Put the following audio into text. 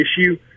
issue